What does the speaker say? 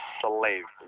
slave